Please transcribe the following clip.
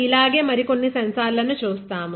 ఇలాగే మరికొన్ని సెన్సార్లను చూస్తాం